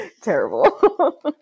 terrible